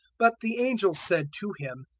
but the angel said to him,